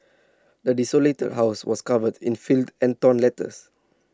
the desolated house was covered in filth and torn letters